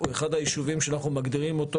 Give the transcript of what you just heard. הוא אחד היישובים שאנחנו מגדירים אותו